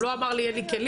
הוא לא אמר לי אין לי כלים,